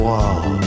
Wall